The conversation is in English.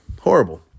Horrible